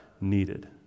needed